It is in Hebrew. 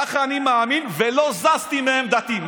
ככה אני מאמין ולא זזתי מעמדתי.